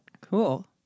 Cool